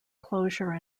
closure